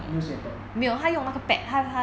newspaper on top